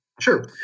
Sure